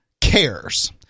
cares